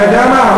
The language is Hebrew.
אתה יודע מה,